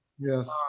yes